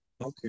okay